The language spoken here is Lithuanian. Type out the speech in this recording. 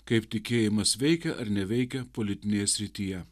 kaip tikėjimas veikia ar neveikia politinėje srityje